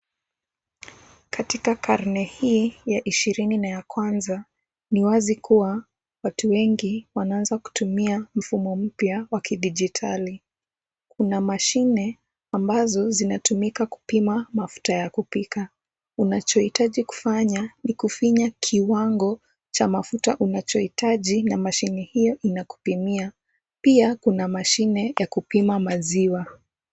Katika karne hii ya ishirini na ya kwanza, ni wazi kuwa watu wengi wanaanza kutumia mfumo mpya wa kidigitali. Kuna mashine ambazo zinatumika kupima mafuta ya kupika. Unachohitaji kufanya ni kufinya kiwango cha mafuta unachohitaji na mashine hiyo inakupimia. Pia kuna mashine ya kupima maziwa.